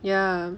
ya